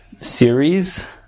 series